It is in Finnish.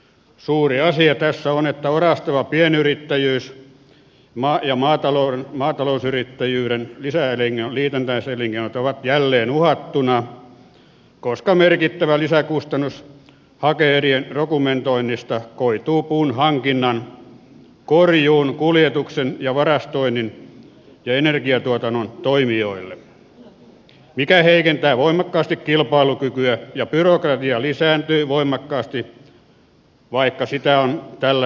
suuri asia tässä on että orastava pienyrittäjyys ja maatalousyrittäjyyden liitännäiselinkeinot ovat jälleen uhattuina koska merkittävä lisäkustannus hake erien dokumentoinnista koituu puunhankinnan korjuun kuljetuksen ja varastoinnin ja energiantuotannon toimijoille mikä heikentää voimakkaasti kilpailukykyä ja byrokratia lisääntyy voimakkaasti vaikka sitä on täällä väheksytty